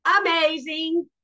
amazing